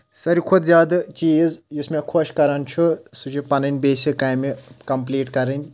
ساروی کھۄتہٕ زیادٕ چیٖز یُس مےٚ خۄش کران چھُ سُہ چھُ پَنٕنۍ بیسِک کامہِ کَمپٕلیٖٹ کَرٕنۍ